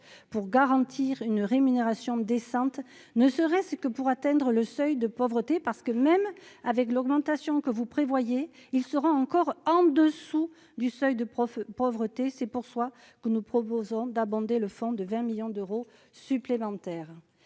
pour garantir une rémunération décente. Ne serait-ce que pour atteindre le seuil de pauvreté parce que, même avec l'augmentation que vous prévoyez, il sera encore en dessous du seuil de profs pauvreté c'est pour soi que nous proposons d'abonder le fonds de 20 millions d'euros supplémentaires,